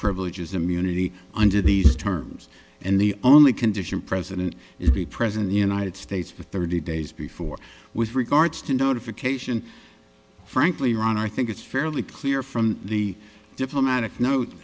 privileges immunity under these terms and the only condition president is the president the united states for thirty days before with regards to notification frankly ron i think it's fairly clear from the diplomatic note